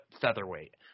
featherweight